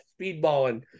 speedballing